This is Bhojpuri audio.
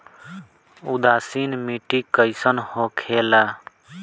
उदासीन मिट्टी कईसन होखेला?